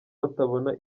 batabona